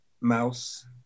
Mouse